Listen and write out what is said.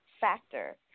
factor